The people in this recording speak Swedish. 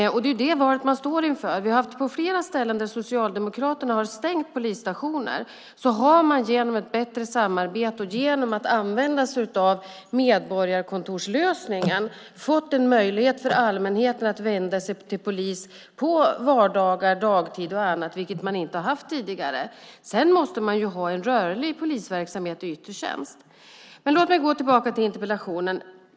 Det är det valet man står inför. På flera ställen där Socialdemokraterna har stängt polisstationer har man genom ett bättre samarbete och genom att använda sig av medborgarkontorslösningen fått en möjlighet för allmänheten att vända sig till polis på vardagar dagtid och annat, vilket man inte har haft tidigare. Sedan måste man ha en rörlig polisverksamhet i yttre tjänst. Men låt mig gå tillbaka till interpellationen.